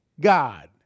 God